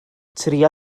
trïa